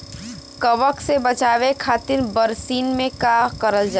कवक से बचावे खातिन बरसीन मे का करल जाई?